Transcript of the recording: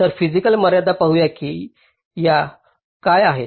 तर फिसिकल मर्यादा पाहूया की या काय आहेत